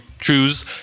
choose